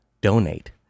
donate